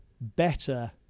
better